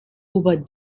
über